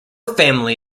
family